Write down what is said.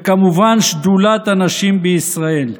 וכמובן שדולת הנשים בישראל.